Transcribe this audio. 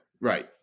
right